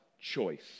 choice